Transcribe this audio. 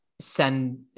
send